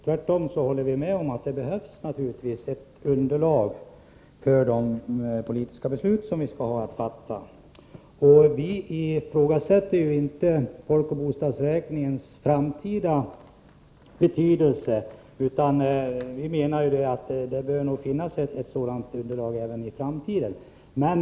Tvärtom håller vi med om att det naturligtvis behövs ett underlag för de politiska beslut som vi skall fatta. Vi ifrågasätter inte folkoch bostadsräkningens framtida betydelse, utan vi menar att det bör finnas ett sådant underlag även framöver.